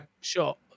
Sure